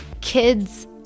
kids